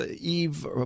Eve